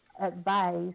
advice